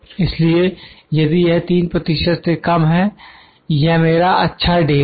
इसलिए यदि यह 3 प्रतिशत से कम है यह मेरा अच्छा ढेर है